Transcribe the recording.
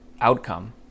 outcome